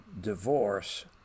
divorce